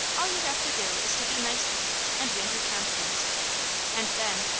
all you have to do is to be nice to her and win her confidence and then,